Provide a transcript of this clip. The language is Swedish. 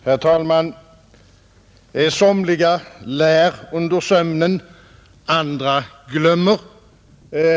Herr talman! Somliga lär under sömnen, andra glömmer.